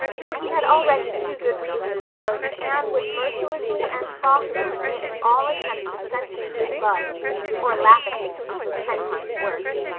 for he had already too good reason to know that anne would mercilessly and frostily nip all attempts at sentiment in the bud or laugh at him, which was ten times worse.